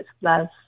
plus